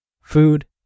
food